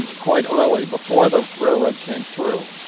quite early, before the railroad came through.